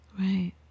right